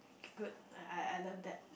K good I I love that